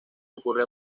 ocurre